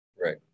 Right